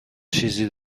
چیزی